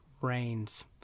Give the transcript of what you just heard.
rains